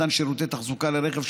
מתן שירותי תחזוקה לרכב,